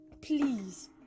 please